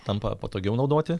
tampa patogiau naudoti